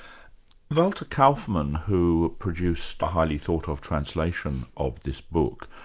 walter kaufmann, who produced a highly thought of translation of this book,